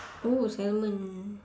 oo salmon